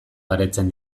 baretzen